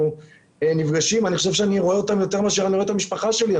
אני חושב שאני רואה אותם יותר מאשר אני רואה את המשפחה שלי.